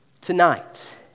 tonight